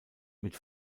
mit